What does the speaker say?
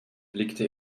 blickte